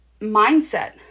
mindset